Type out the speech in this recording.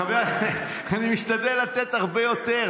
אני משתדל לתת הרבה יותר,